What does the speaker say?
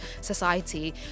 society